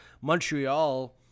Montreal